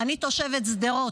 אני תושבת שדרות,